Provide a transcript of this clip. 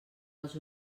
als